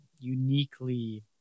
uniquely